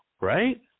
right